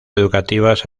educativas